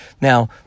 Now